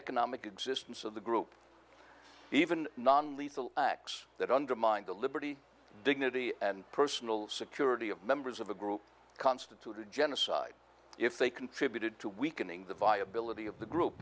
economic existence of the group even non lethal acts that undermine the liberty dignity and personal security of members of a group constituted genocide if they contributed to weakening the viability of the group